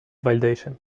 validation